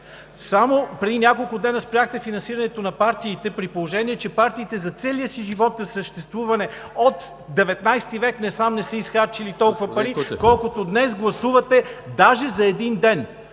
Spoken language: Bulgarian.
Само преди няколко дена спряхте финансирането на партиите, при положение че партиите за целия си живот на съществуване от XIX век насам не са изхарчили толкова пари, колкото… ПРЕДСЕДАТЕЛ ЕМИЛ